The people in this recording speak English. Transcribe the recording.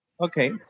Okay